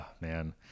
man